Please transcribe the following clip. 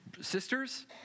sisters